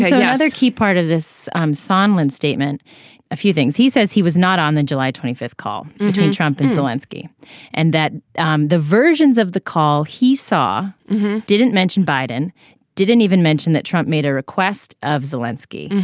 yeah other key part of this um sunlen statement a few things he says he was not on the july twenty fifth call between trump and the lansky and that um the versions of the call he saw didn't mention biden didn't even mention that trump made a request of zelinsky.